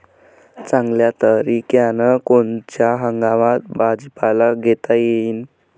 चांगल्या तरीक्यानं कोनच्या हंगामात भाजीपाला घेता येईन?